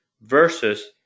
versus